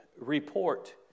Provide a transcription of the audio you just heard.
report